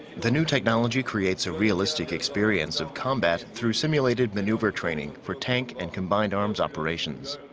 the new technology creates a realistic experience of combat through simulated maneuver training for tank and combined arms operations.